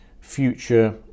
future